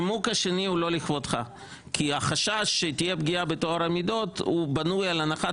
כי החשש שתהיה פגיעה בטוהר המידות בנוי על הנחת